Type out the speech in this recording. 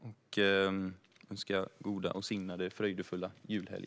Jag önskar en god, signad och fröjdefull julhelg.